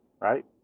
Right